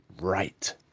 right